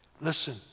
Listen